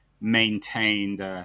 maintained